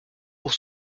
pour